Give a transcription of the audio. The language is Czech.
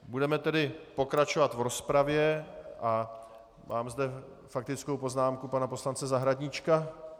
Budeme tedy pokračovat v rozpravě a mám zde faktickou poznámku pana poslance Zahradníčka.